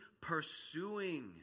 pursuing